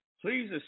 please